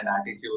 attitude